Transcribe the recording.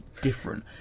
different